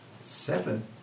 Seven